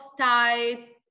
type